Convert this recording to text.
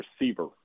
receiver